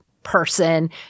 person